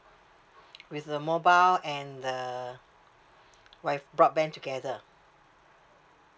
with the mobile and the wif~ broadband together